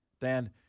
Dan